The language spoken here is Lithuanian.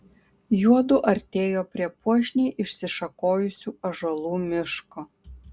juodu artėjo prie puošniai išsišakojusių ąžuolų miško